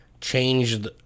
changed